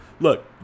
look